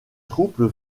troupes